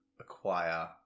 acquire